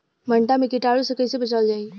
भनटा मे कीटाणु से कईसे बचावल जाई?